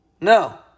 No